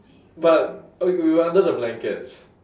but uh we were under the blankets